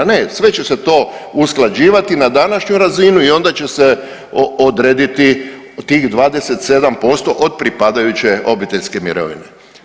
Ne, sve će se to usklađivati na današnju razinu i onda će se odrediti tih 27% od pripadajuće obiteljske mirovine.